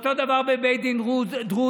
אותו דבר בבית דין דרוזי.